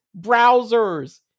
browsers